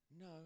No